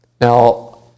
Now